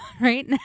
right